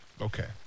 Okay